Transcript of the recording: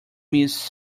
miss